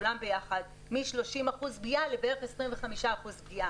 כולם ביחד מ-30% פגיעה בערך ל-25% פגיעה.